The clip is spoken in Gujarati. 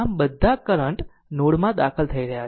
આમ બધા કરંટ નોડ માં દાખલ થઈ રહ્યા છે